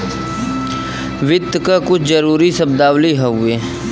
वित्त क कुछ जरूरी शब्दावली हउवे